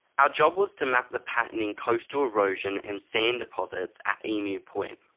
our job was to map the pattern in coastal erosion and sand deposits at emu point.